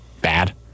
bad